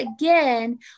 again